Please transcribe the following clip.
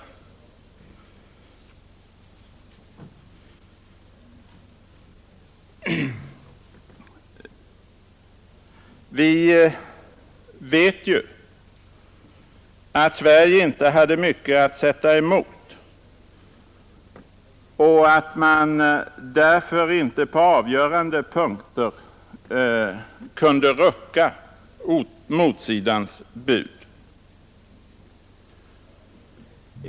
Men det utgör ingen anledning att haussa upp slutresultatet! Vi vet ju att Sverige inte hade mycket att sätta emot och att man därför inte på avgörande punkter kunde rucka motsidans bud.